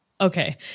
Okay